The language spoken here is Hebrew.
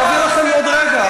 אעביר לכם עוד רגע.